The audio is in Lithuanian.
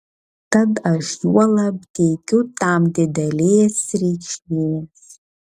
tad aš juolab teikiu tam didelės reikšmės